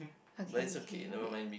okay okay wait